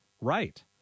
Right